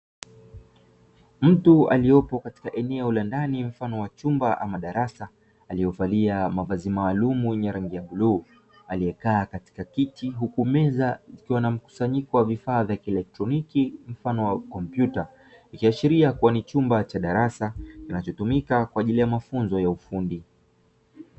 Mtu aliyopo katika eneo la ndani mfano wa chumba ama darasa, aliovalia mavazi maalumu yenye rangi ya bluu aliyekaa katika kiti huku meza ikiwa na mkusanyiko wa vifaa vya kielektroniki mfano wa kompyuta, ikiashiria kuwa ni chumba cha darasa kinachotumika kwa ajili ya mafunzo ya ufundi.